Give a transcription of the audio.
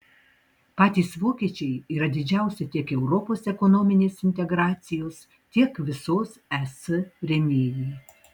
patys vokiečiai yra didžiausi tiek europos ekonominės integracijos tiek visos es rėmėjai